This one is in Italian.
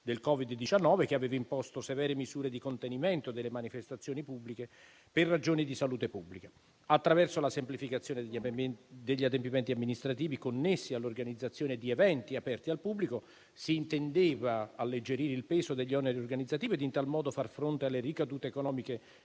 del Covid-19, che aveva imposto severe misure di contenimento delle manifestazioni pubbliche per ragioni di salute pubblica. Attraverso la semplificazione degli adempimenti amministrativi connessi all'organizzazione di eventi aperti al pubblico si intendeva alleggerire il peso degli oneri organizzativi ed in tal modo far fronte alle ricadute economiche